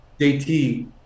JT